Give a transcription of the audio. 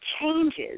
changes